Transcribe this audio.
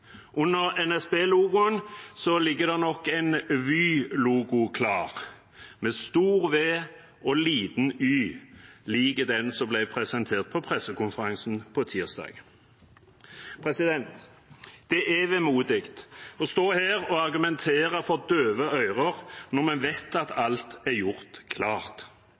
ligger det nok en Vy-logo klar, med stor V og liten y, lik den som ble presentert på pressekonferansen på tirsdag. Det er vemodig å stå her og argumentere for døve ører når vi vet at alt er gjort klart,